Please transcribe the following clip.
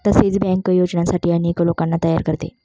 तसेच बचत बँक योजनांसाठी अनेक लोकांना तयार करते